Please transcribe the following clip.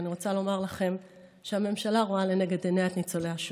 ואני רוצה לומר לכם שהממשלה רואה לנגד עיניה את ניצולי השואה.